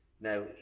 Now